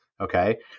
Okay